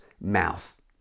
mouth